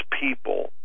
people